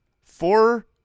Four